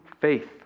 faith